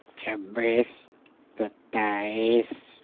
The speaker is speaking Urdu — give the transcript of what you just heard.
چھبیس ستائیس